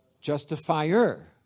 Justifier